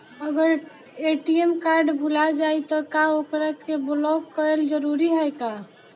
अगर ATM card भूला जाए त का ओकरा के बलौक कैल जरूरी है का?